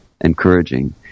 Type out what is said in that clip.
encouraging